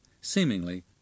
seemingly